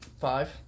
Five